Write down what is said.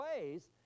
ways